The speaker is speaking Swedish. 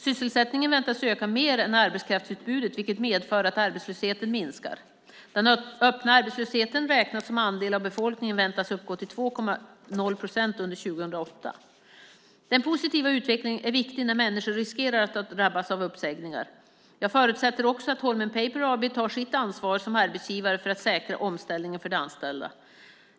Sysselsättningen väntas öka mer än arbetskraftsutbudet vilket medför att arbetslösheten minskar. Den öppna arbetslösheten räknat som andel av befolkningen väntas uppgå till 2,0 procent under 2008. Den positiva utvecklingen är viktig när människor riskerar att drabbas av uppsägningar. Jag förutsätter också att Holmen Paper AB tar sitt ansvar som arbetsgivare för att säkra omställningen för de anställda.